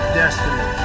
destiny